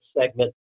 segment